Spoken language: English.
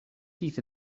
teeth